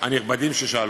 הנכבדים ששאלו.